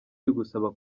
bigusaba